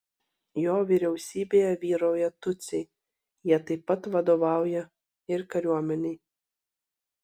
jo vyriausybėje vyrauja tutsiai jie taip pat vadovauja ir kariuomenei